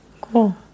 Cool